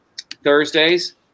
Thursdays